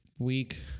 week